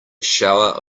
shower